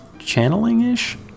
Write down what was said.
channeling-ish